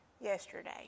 yesterday